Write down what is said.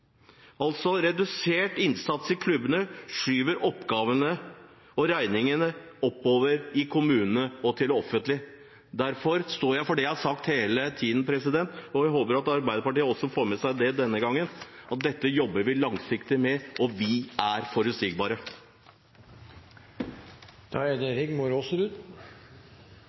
Altså: Redusert innsats i klubbene skyver oppgavene – og regningene – oppover i kommunene og til det offentlige. Derfor står jeg for det jeg har sagt hele tiden, og jeg håper at Arbeiderpartiet også får med seg det denne gangen: Dette jobber vi langsiktig med, og vi er forutsigbare. Innlegget fra Ib Thomsen medfører jo et spørsmål: Hvorfor stemmer man da